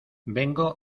vengo